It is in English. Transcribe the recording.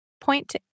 point